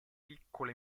piccole